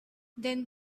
then